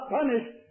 punished